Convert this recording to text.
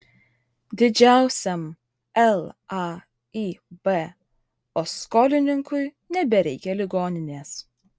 didžiausiam laib o skolininkui nebereikia ligoninės